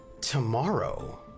tomorrow